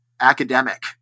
academic